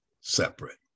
separate